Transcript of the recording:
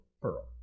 pearl